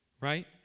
right